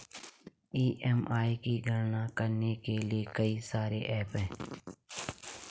EMI की गणना करने के लिए कई सारे एप्प हैं